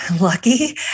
lucky